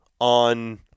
on